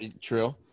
true